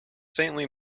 faintly